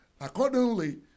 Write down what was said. Accordingly